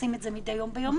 שעושה את זה מדי יום ביומו,